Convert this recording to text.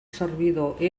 servidor